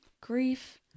grief